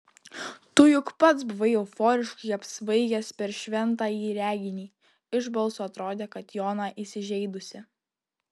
tu juk pats buvai euforiškai apsvaigęs per šventąjį reginį iš balso atrodė kad jona įsižeidusi